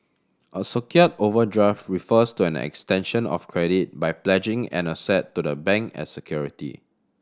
a secured overdraft refers to an extension of credit by pledging an asset to the bank as security